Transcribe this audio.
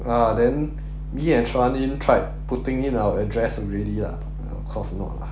ah then me and charlene tried putting in our address already lah of course not lah